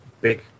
big